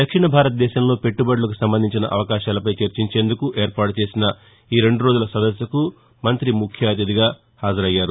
దక్షిణ భారతదేశంలో పెట్టుబడులకు సంబంధించిన అవకాశాలపై చర్చించేందుకు ఏర్పాటు చేసిన ఈ రెండు రోజుల సదస్సుకు మంతి ముఖ్యఅతిథిగా హాజరయ్యారు